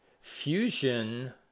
Fusion